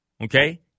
Okay